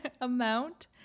amount